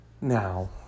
Now